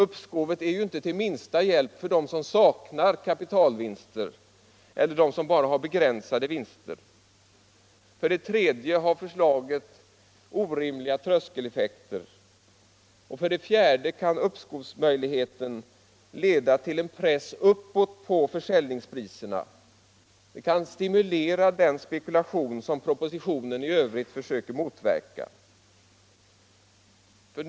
Uppskovet är ju inte till minsta hjälp för dem som saknar kapitalvinster eller för dem som bara har begränsade vinster. För det tredje har förslaget orimliga tröskeleffekter. Och för det fjärde kan uppskovsmöjligheten leda till en press uppåt på försäljningspriserna. Det kan stimulera den spekulation som propositionen i övrigt försöker motverka.